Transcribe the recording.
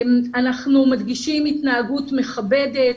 אנחנו מדגישים התנהגות מכבדת,